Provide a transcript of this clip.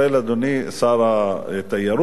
אדוני שר התיירות,